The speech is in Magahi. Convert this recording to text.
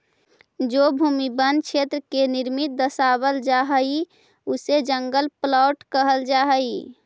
जो भूमि वन क्षेत्र के निमित्त दर्शावल जा हई उसे जंगल प्लॉट कहल जा हई